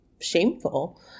shameful